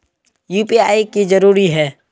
UPI की जरूरी है?